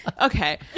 okay